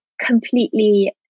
completely